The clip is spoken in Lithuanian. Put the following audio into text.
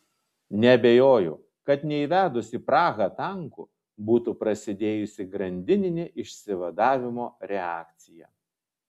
neabejoju kad neįvedus į prahą tankų būtų prasidėjusi grandininė išsivadavimo reakcija